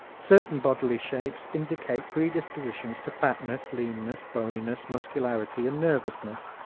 certain bodily shapes indicate predispositions to fatness, leanness, boniness, muscularity and nervousness,